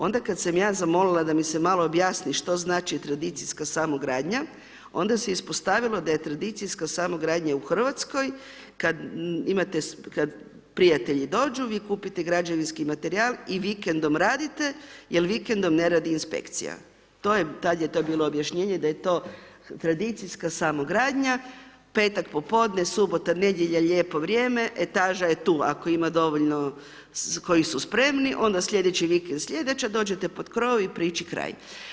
Onda kad sam ja zamolila da mi se malo objasni što znači tradicijska samogradnja, onda se ispostavilo da je tradicijska samogradnja u Hrvatskoj, kad imate, kad prijatelji dođu, vi kupite građevinski materijal i vikendom radite, jer vikendom ne radi inspekcija, tad je to bilo objašnjenje da je to tradicijska samogradnja, petak popodne, subota, nedjelja, lijepo vrijeme, etaža je tu ako ima dovoljno koji su spremni, onda sljedeći vikend, sljedeća, dođete pod krov i priči kraj.